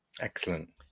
Excellent